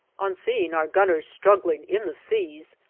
on seeing our gunners struggling in the seas,